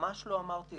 ממש לא אמרתי זה.